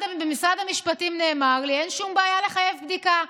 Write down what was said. במשרד המשפטים נאמר לי: אין שום בעיה לחייב בדיקה.